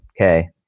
okay